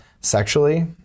sexually